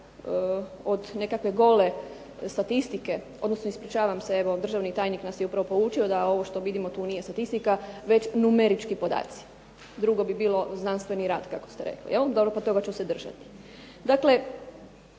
od nekakve gole statistike, odnosno ispričavam se, evo državni tajnik nas je upravo poučio da ovo što vidimo tu nije statistika već numerički podaci. Drugo bi bilo znanstveni rad kako ste rekli jel'. Dobro, pa toga ću se držati. Dakle,